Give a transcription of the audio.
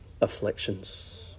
afflictions